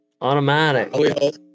automatic